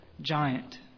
giant